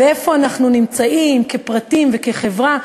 ואיפה אנחנו נמצאים כפרטים וכחברה,